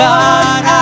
God